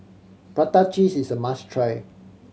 prata cheese is a must try